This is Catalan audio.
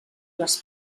les